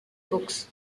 books